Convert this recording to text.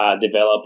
develop